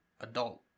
adult